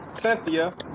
Cynthia